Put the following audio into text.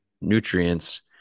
nutrients